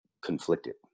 conflicted